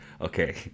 okay